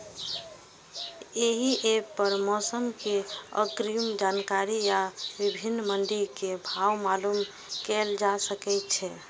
एहि एप पर मौसम के अग्रिम जानकारी आ विभिन्न मंडी के भाव मालूम कैल जा सकै छै